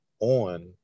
On